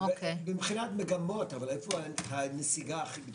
זה מבחינת מגמות, אבל איפה הנסיגה הכי גדולה?